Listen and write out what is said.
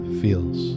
feels